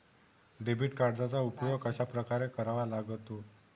Debit कार्डचा उपयोग कशाप्रकारे करावा लागतो?